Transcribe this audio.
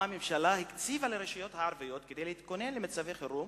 מה הממשלה הקציבה לרשויות הערביות כדי להתכונן למצבי חירום